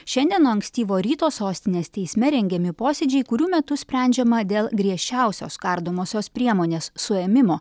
šiandien nuo ankstyvo ryto sostinės teisme rengiami posėdžiai kurių metu sprendžiama dėl griežčiausios kardomosios priemonės suėmimo